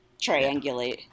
Triangulate